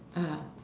ah